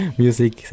music